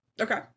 Okay